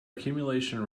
accumulation